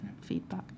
feedback